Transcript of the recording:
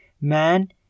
man